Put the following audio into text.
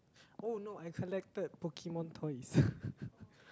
oh no I collected Pokemon toys